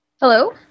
Hello